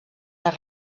les